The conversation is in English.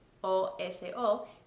O-S-O